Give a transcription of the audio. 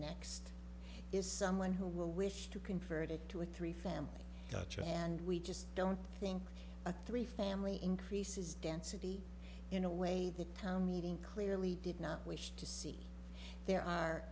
next is someone who will wish to convert it to a three family and we just don't think a three family increases density in a way the town meeting clearly did not wish to see there are